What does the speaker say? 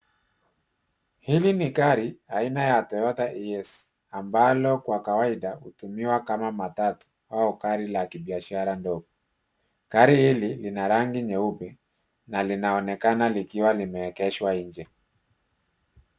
Hili ni gari aina ya Toyota Ace ambalo kwa kawaida hutumiwa kama matatu au gari la kibiashara ndogo. Gari hili lina rangi nyeupe na linaonekana likiwa limeegeshwa nje.